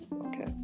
okay